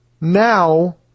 now